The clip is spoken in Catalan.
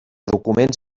documents